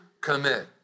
commit